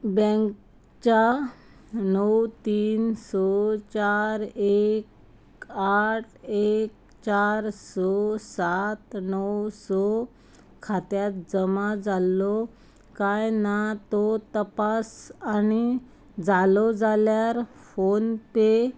बँकच्या णव तीन स चार एक आठ एक चार स सात णव स खात्यांत जमा जाल्लो कांय ना तो तपास आनी जालो जाल्यार फोनपे